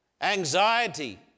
anxiety